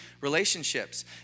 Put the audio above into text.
relationships